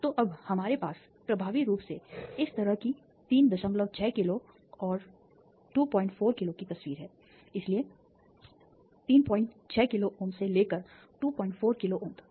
तो अब हमारे पास प्रभावी रूप से इस तरह की 3 दशमलव छह किलो और 24 किलो की तस्वीर है इसलिए 36 किलो से लेकर 24 किलोΩ तक